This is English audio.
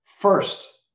First